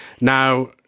now